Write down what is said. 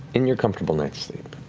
in your comfortable night's sleep,